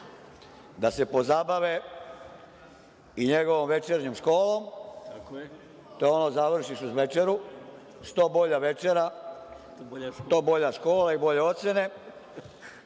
da se pozabave i njegovom večernjom školom. To je ono što završiš uz večeru, što bolja večera, to bolja škola, to bolje ocene.